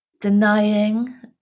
denying